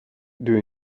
due